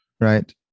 right